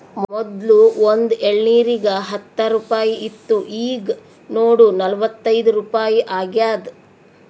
ಮೊದ್ಲು ಒಂದ್ ಎಳ್ನೀರಿಗ ಹತ್ತ ರುಪಾಯಿ ಇತ್ತು ಈಗ್ ನೋಡು ನಲ್ವತೈದು ರುಪಾಯಿ ಆಗ್ಯಾದ್